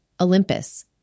Olympus